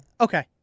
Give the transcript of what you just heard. Okay